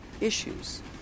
issues